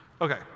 Okay